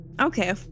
Okay